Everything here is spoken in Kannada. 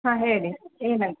ಹಾಂ ಹೇಳಿ ಏನಾಯ್ತ್